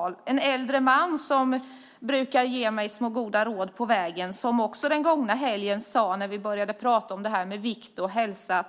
Det var med en äldre man som brukar ge mig små goda råd på vägen. När vi under den gångna helgen började prata om vikt och hälsa sade